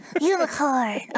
Unicorn